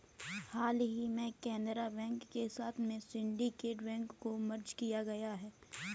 हाल ही में केनरा बैंक के साथ में सिन्डीकेट बैंक को मर्ज किया गया है